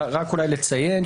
רק אולי לציין,